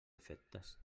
efectes